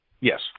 Yes